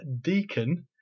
Deacon